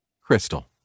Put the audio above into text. Crystal